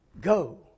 Go